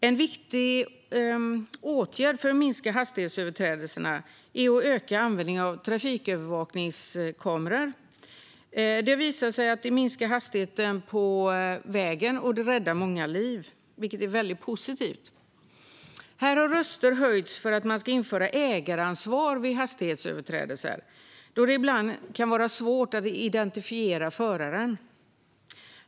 En viktig åtgärd för att minska hastighetsöverträdelserna är att öka användningen av trafikövervakningskameror. Det har visat sig minska hastigheten på vägen och rädda många liv, vilket är väldigt positivt. Här har röster höjts för att man ska införa ägaransvar vid hastighetsöverträdelser, eftersom det ibland kan vara svårt att identifiera föraren.